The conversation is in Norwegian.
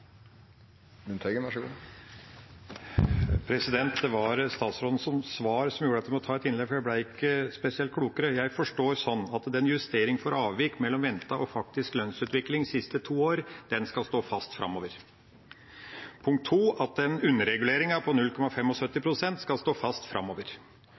Det var statsrådens svar som gjorde at jeg måtte ta ordet til et innlegg, for jeg ble ikke spesielt klokere. Jeg forstår det sånn – punkt 1 – at justeringa for avvik mellom ventet og faktisk lønnsutvikling de siste to år skal stå fast framover. Punkt 2: Underreguleringa på 0,75 pst. skal stå fast framover.